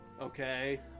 Okay